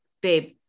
babe